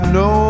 no